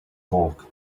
bulk